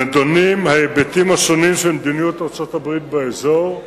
נדונים ההיבטים השונים של מדיניות ארצות-הברית באזור.